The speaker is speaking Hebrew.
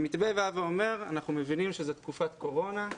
המתווה אומר שאנחנו מבינים שזו תקופת קורונה,